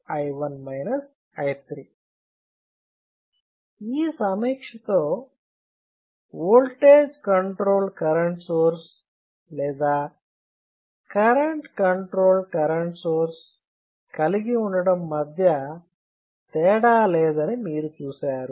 R13 ఈ సమీక్ష తో ఓల్టేజ్ కంట్రోల్ కరెంట్ సోర్స్ లేదా కరెంట్ కంట్రోల్ కరెంట్ సోర్స్ కలిగి ఉండటం మధ్య తేడా లేదని మీరు చూశారు